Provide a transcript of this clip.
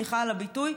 וסליחה על הביטוי,